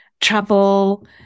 travel